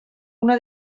una